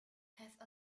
have